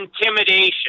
intimidation